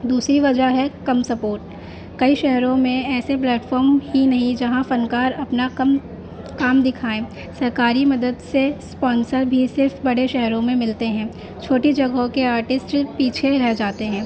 دوسری وجہ ہے کم سپورٹ کئی شہروں میں ایسے پلیٹفارم ہی نہیں جہاں فنکار اپنا کم کام دکھائیں سرکاری مدد سے اسپانسر بھی صرف بڑے شہروں میں ملتے ہیں چھوٹی جگہوں کے آرٹسٹ پیچھے رہ جاتے ہیں